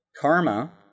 Karma